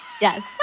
Yes